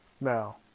Now